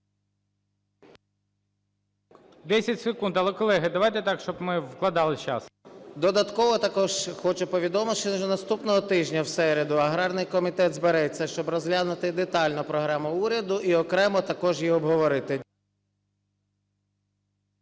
Додатково також хочу повідомити, що вже наступного тижня в середу аграрний комітет збереться, щоб розглянути детально програму уряду і окремо також її обговорити.